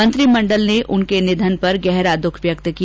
मंत्रिमंडल ने उनके निधन पर गहरा द्ख व्यक्त किया